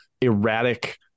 erratic